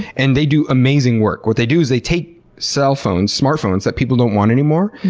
and they do amazing work. what they do is they take cell phones, smartphones that people don't want anymore,